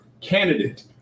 candidate